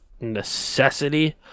necessity